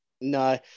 no